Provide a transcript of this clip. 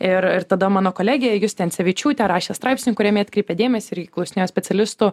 ir ir tada mano kolegė justė ancevičiūtė rašė straipsnį kuriame atkreipė dėmesį irgi klausinėjo specialistų